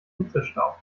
hitzestau